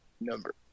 number